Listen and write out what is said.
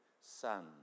Son